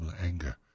anger